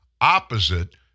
opposite